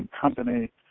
company